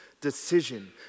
decision